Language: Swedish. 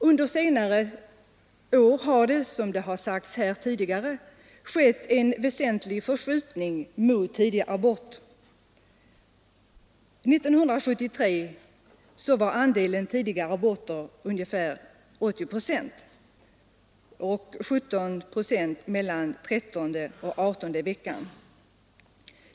Under senare år har det, som framhållits tidigare i debatten, skett en väsentlig förskjutning mot tidig abort. År 1973 var antalet tidiga aborter ungefär 80 procent mot 17 procent aborter mellan trettonde och adertonde veckan.